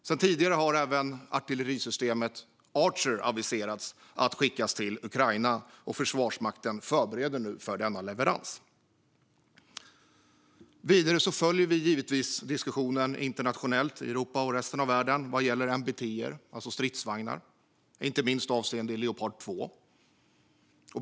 Sedan tidigare har det aviserats att även artillerisystemet Archer ska skickas till Ukraina, och Försvarsmakten förbereder nu för denna leverans. Vidare följer vi diskussionen internationellt i Europa och resten av världen vad gäller MBT:er, det vill säga stridsvagnar, inte minst avseende Leopard 2.